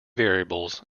variables